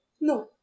No